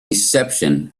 reception